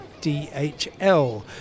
DHL